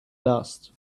lost